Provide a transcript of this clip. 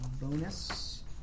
bonus